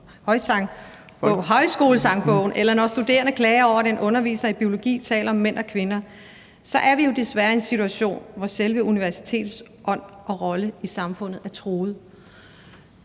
højskolesangbogen, eller når studerende klager over, at en underviser i biologi taler om mænd og kvinder, så er vi desværre i en situation, hvor selve universitetets ånd og rolle i samfundet er truet.